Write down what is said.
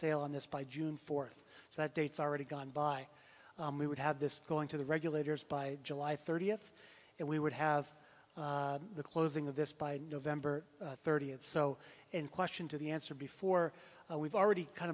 on this by june fourth so that dates already gone by we would have this going to the regulators by july thirtieth and we would have the closing of this by november thirtieth so in question to the answer before we've already kind